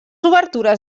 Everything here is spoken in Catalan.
obertures